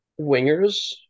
wingers